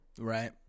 right